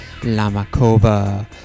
Lamakova